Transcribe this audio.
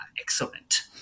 excellent